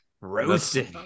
Roasted